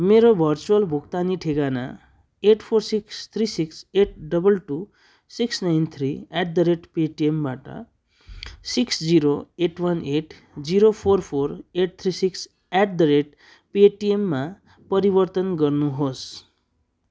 मेरो भर्चुअल भुक्तानी ठेगाना eight four six three six eight double two six nine three at the rate पेटिएमबाट six zero eight one eight zero four four eight three six at the rate पेटिएममा परिवर्तन गर्नुहोस्